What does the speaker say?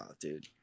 dude